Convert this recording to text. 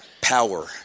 power